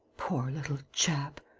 poor little chap!